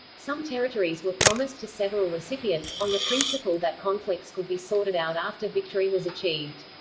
some territories were promised to several recipients, on the principle that conflicts could be sorted out after victory was achieved.